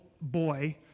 boy